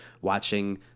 watching